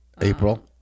April